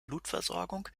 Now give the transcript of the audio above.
blutversorgung